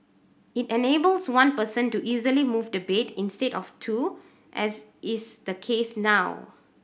it enables one person to easily move the bed instead of two as is the case now